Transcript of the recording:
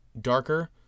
Darker